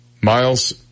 Miles